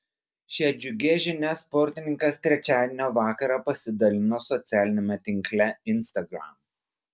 šia džiugia žinia sportininkas trečiadienio vakarą pasidalino socialiniame tinkle instagram